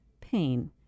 Pain